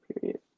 period